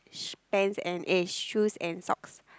sh~ pants and a shoes and socks